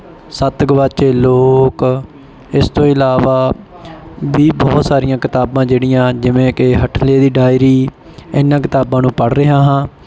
ਸੱਤ ਗਵਾਚੇ ਲੋਕ ਇਸ ਤੋਂ ਇਲਾਵਾ ਵੀ ਬਹੁਤ ਸਾਰੀਆਂ ਕਿਤਾਬਾਂ ਜਿਹੜੀਆਂ ਜਿਵੇਂ ਕਿ ਹਟਲੇ ਦੀ ਡਾਇਰੀ ਇਹਨਾਂ ਕਿਤਾਬਾਂ ਨੂੰ ਪੜ੍ਹ ਰਿਹਾ ਹਾਂ